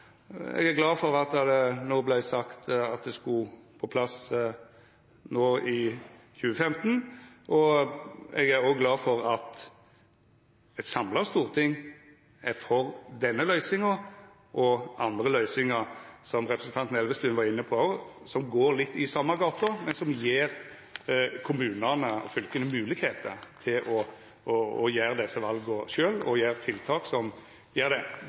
Eg er glad for at det no vert sagt at dette skal på plass no i 2015. Eg er òg glad for at eit samla storting er for denne løysinga og for andre løysingar, som representanten Elvestuen var inne på, som går litt i same gate, men som gjev kommunane og fylka moglegheiter til å ta desse vala sjølv, og å gjera tiltak som gjer det